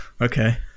Okay